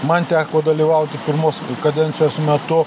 man teko dalyvauti pirmos kadencijos metu